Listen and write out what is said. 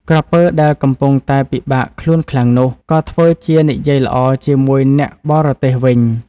ក្រពើដែលកំពុងតែពិបាកខ្លួនខ្លាំងនោះ ក៏ធ្វើជានិយាយល្អជាមួយអ្នកបរទេះវិញ។